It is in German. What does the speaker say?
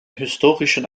historischen